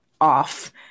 off